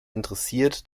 interessiert